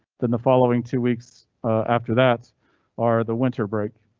then the following two weeks after that are the winter break.